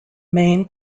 main